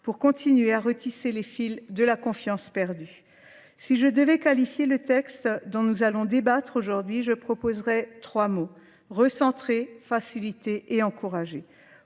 pour continuer à retisser les fils de la confiance perdue. Si je devais qualifier le texte dont nous allons débattre aujourd'hui, je proposerais trois mots. Recentrer, faciliter et encourager.